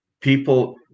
people